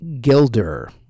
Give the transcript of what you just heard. Gilder